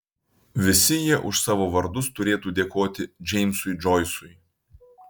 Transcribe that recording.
visi jie už savo vardus turėtų dėkoti džeimsui džoisui